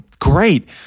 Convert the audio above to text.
Great